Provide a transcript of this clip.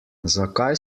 zakaj